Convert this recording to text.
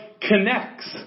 connects